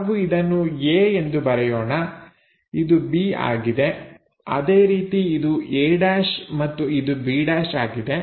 ನಾವು ಇದನ್ನು a ಎಂದು ಬರೆಯೋಣ ಇದು b ಆಗಿದೆ ಅದೇ ರೀತಿ ಇದು a' ಮತ್ತು ಇದು b' ಆಗಿದೆ